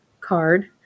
card